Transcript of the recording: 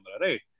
right